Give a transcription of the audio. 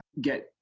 get